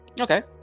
Okay